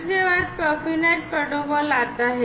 इसके बाद Profinet protocol आता है